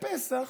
בפסח,